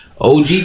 OG